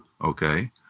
okay